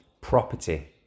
Property